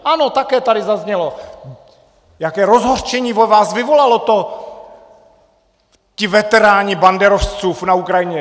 Ano, také tady zaznělo, jaké rozhořčení ve vás vyvolalo to... ti veteráni banderovců na Ukrajině.